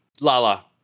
Lala